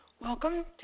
Welcome